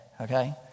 okay